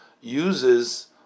uses